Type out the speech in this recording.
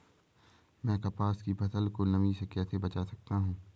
मैं कपास की फसल को कैसे नमी से बचा सकता हूँ?